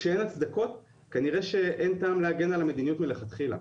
כשאין הצדקות כנראה שאין טעם להגן על המדיניות מלכתחילה.